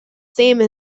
same